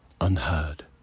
unheard